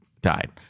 died